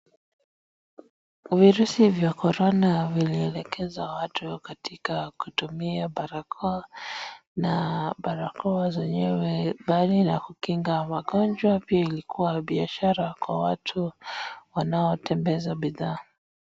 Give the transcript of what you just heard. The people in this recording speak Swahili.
Virusi vya korona vililekeza watu katika kutumia barakoa, na barakoa zenyewe bali na kukinga wagonjwa pia ilikua biashara kwa watu wanaotembeza bidhaa.